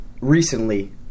recently